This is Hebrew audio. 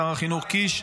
שר החינוך קיש,